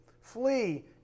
flee